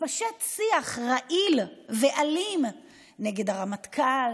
מתפשט שיח רעיל ואלים נגד הרמטכ"ל,